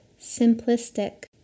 simplistic